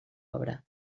obra